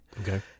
okay